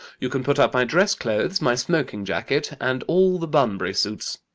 you can put up my dress clothes, my smoking jacket, and all the bunbury suits.